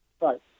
Right